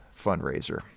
fundraiser